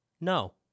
No